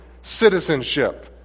citizenship